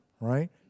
right